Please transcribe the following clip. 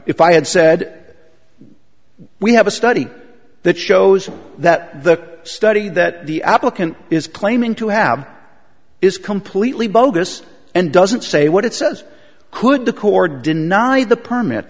had said we have a study that shows that the study that the applicant is claiming to have is completely bogus and doesn't say what it says could the core deny the permit